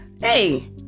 hey